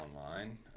online